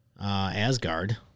Asgard